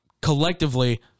collectively